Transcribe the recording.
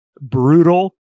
brutal